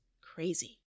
crazy